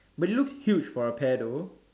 but it looks huge for a pear though